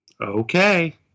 Okay